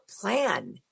plan